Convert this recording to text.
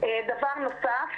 דבר נוסף,